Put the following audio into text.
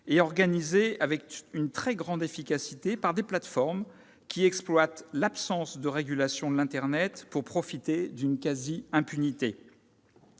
est organisée avec une très grande efficacité par des plateformes qui exploitent l'absence de régulation de l'internet pour profiter d'une quasi-impunité.